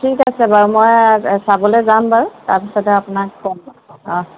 ঠিক আছে বাৰু মই চাবলৈ যাম বাৰু তাৰপিছতে আপোনাক ক'ম অঁ